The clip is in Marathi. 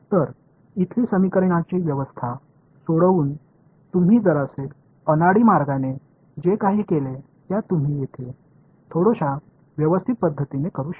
तर इथली समीकरणांची व्यवस्था सोडवून तुम्ही जरासे अनाड़ी मार्गाने जे काही केले त्या तुम्ही येथे थोड्याशा व्यवस्थित पद्धतीने करू शकता